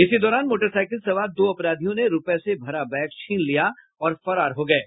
इसी दौरान मोटरसाईकिल सवार दो अपराधियों ने रूपये से भरा बैग छीन लिया और फरार हो गये